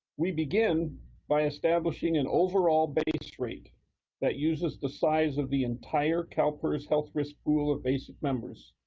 we begin by establishing an overall base rate that uses the size of the entire calpers health risk pool of basic members,